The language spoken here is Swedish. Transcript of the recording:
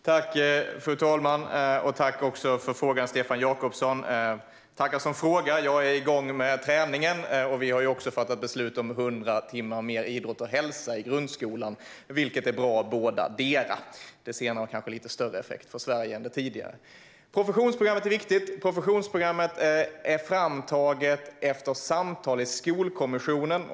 Fru talman! Tack för frågan, Stefan Jakobsson! Tackar som frågar! Jag är igång med träningen, och vi har fattat beslut om 100 timmar mer idrott och hälsa i grundskolan, vilket är bra bådadera. Det senare kanske har lite större effekt för Sverige än det tidigare. Professionsprogrammet är viktigt. Det är framtaget efter samtal med Skolkommissionen.